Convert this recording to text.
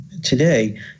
Today